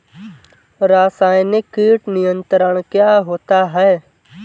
रसायनिक कीट नियंत्रण क्या होता है?